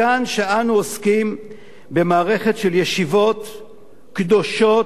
מכאן שאנו עוסקים במערכת של ישיבות קדושות,